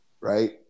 Right